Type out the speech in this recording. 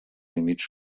límits